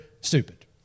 stupid